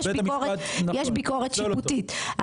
יש ביקורת שיפוטית,